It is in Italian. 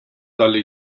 dalle